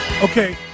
Okay